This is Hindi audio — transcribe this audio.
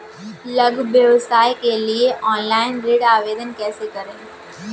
लघु व्यवसाय के लिए ऑनलाइन ऋण आवेदन कैसे करें?